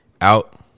Out